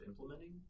implementing